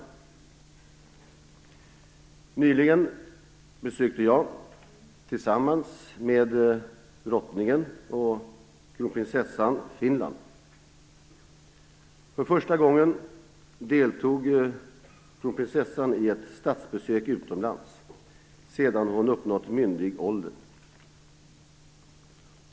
Nyligen besökte jag, tillsammans med Drottningen och Kronprinsessan, Finland. För första gången deltog Kronprinsessan i ett statsbesök utomlands, sedan hon uppnått myndig ålder.